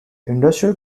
industrial